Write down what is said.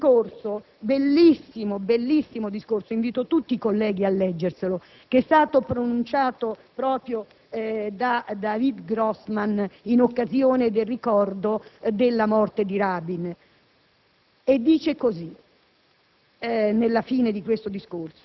Benissimo, è stato citato il bellissimo discorso - invito tutti i colleghi a leggerlo - pronunciato proprio da David Grossman in occasione del ricordo della morte di Rabin.